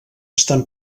estan